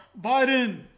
Biden